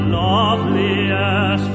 loveliest